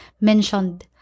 mentioned